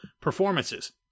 performances